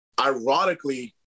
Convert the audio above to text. ironically